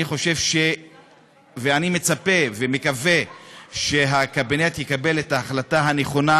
אני חושב ואני מצפה ומקווה שהקבינט יקבל את ההחלטה הנכונה,